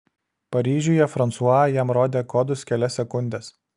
paryžiuje fransua jam rodė kodus kelias sekundes